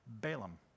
Balaam